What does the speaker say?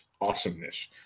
awesomeness